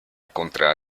contra